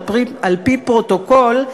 על-פי פרוטוקול,